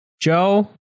Joe